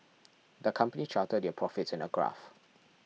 the company charted their profits in a graph